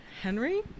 Henry